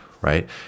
right